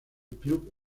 club